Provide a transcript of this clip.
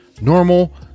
normal